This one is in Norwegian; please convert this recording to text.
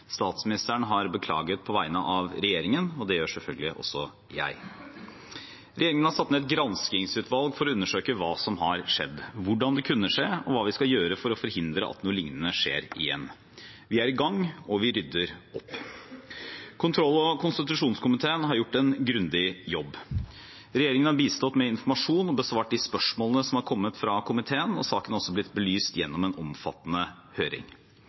Statsministeren har beklaget på vegne av regjeringen. Det gjør selvfølgelig også jeg. Regjeringen har satt ned et granskingsutvalg for å undersøke hva som har skjedd, hvordan det kunne skje, og hva vi skal gjøre for å forhindre at noe lignende kan skje igjen. Vi er i gang, og vi rydder opp. Kontroll- og konstitusjonskomiteen har gjort en grundig jobb. Regjeringen har bistått med informasjon og besvart de spørsmålene som har kommet fra komiteen, og saken er også blitt belyst gjennom en omfattende høring.